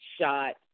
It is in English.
shot